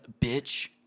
bitch